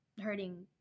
hurting